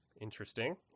Interesting